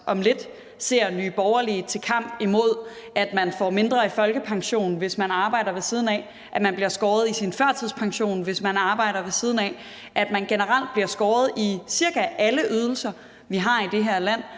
om lidt ser Nye Borgerlige til kamp imod, at man får mindre i folkepension, hvis man arbejder ved siden af; at man bliver skåret i sin førtidspension, hvis man arbejder ved siden af; at man generelt bliver skåret i cirka alle ydelser, vi har i det her land,